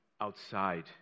outside